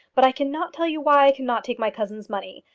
but i cannot tell you why i cannot take my cousin's money.